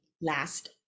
last